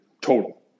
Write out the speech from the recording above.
total